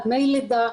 דמי לידה,